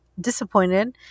disappointed